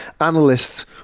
Analysts